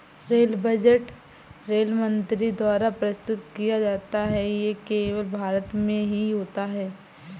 rail budget rail मंत्री द्वारा प्रस्तुत किया जाता है ये केवल भारत में ही होता है